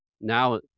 Now